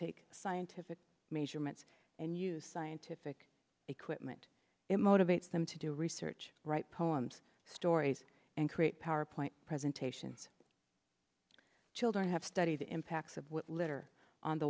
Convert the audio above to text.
take scientific measurements and use scientific equipment it motivates them to do research write poems stories and create powerpoint presentations children have studied the impacts of litter on the